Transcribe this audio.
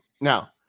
now